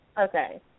Okay